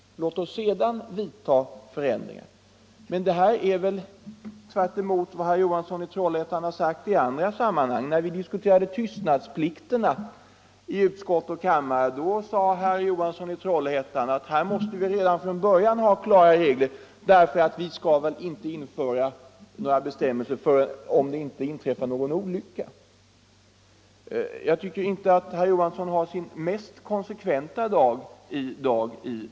Låt oss sedan vidta förändringar. Men detta är väl tvärt emot vad herr Johansson i Trollhättan har sagt i andra sammanhang. När vi diskuterade tystnadsplikterna i utskott och kam mare, sade herr Johansson att här måste vi redan från början ha klara — Nr 7 regler för vi skall inte vänta med att införa några bestämmelser tills Onsdagen den det inträffar en olycka. 22 oktober 1975 Jag tycker inte att herr Johansson har sin mest konsekventa dag i de här frågorna.